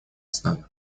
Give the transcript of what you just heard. основе